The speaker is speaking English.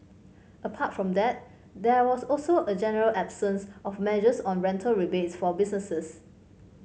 apart from that there was also a general absence of measures on rental rebates for businesses